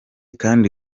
kandi